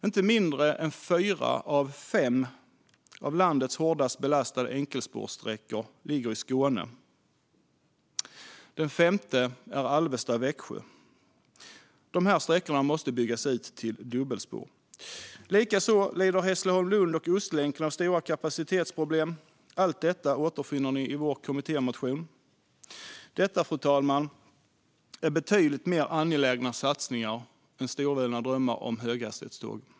Inte mindre än fyra av landets fem hårdast belastade enkelspårssträckor ligger i Skåne; den femte är Alvesta-Växjö. De här sträckorna måste byggas ut till dubbelspår. Likaså lider sträckan Hässleholm-Lund och Ostlänken av stora kapacitetsproblem. Allt om detta återfinner ni i vår kommittémotion. Fru talman! Detta är mycket mer angelägna satsningar än storvulna drömmar om höghastighetståg.